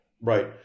Right